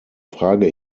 frage